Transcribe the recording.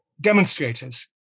demonstrators